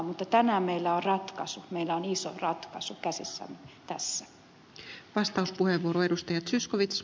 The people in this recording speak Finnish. mutta tänään meillä on ratkaisu meillä on iso ratkaisu käsissämme tässä